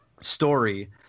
story